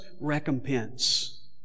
recompense